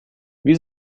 wie